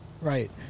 Right